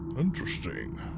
Interesting